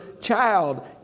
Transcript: child